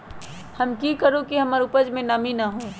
हम की करू की हमर उपज में नमी न होए?